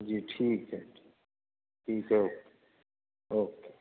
جی ٹھیک ہے ٹھیک ہے اوک اوکے